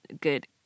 good